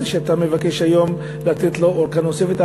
שאתה מבקש לתת לו היום ארכה נוספת,